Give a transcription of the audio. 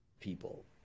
people